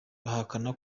bahakana